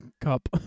cup